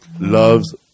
loves